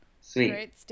Sweet